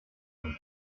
power